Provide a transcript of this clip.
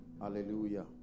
Hallelujah